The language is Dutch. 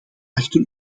achter